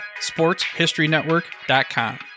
sportshistorynetwork.com